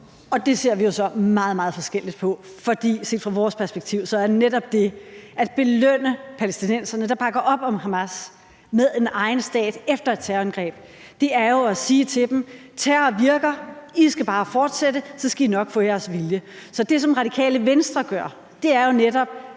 Det ser vi jo så meget, meget forskelligt på, for set fra vores perspektiv er netop det at belønne palæstinenserne, der bakker op om Hamas, med en egen stat efter et terrorangreb, at sige til dem: Terror virker; I skal bare fortsætte, så skal I nok få jeres vilje. Så det, som Radikale Venstre gør, er netop